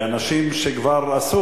ואנשים שכבר עשו,